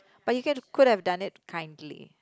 but you could have done it kindly